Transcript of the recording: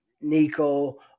Nico